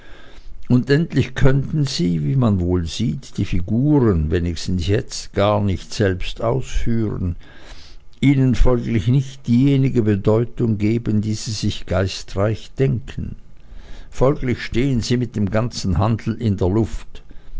und endlich könnten sie wie man wohl sieht die figuren wenigstens jetzt gar nicht selbst ausführen ihnen folglich nicht diejenige bedeutung geben die sie sich geistreich denken folglich stehn sie mit dem ganzen handel in der luft